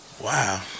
Wow